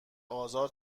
آزار